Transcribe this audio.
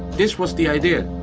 this was the idea